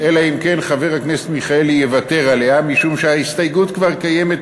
אלא אם כן חבר הכנסת מיכאלי יוותר עליה משום שההסתייגות כבר קיימת,